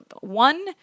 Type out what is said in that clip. one